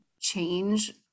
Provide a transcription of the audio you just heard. change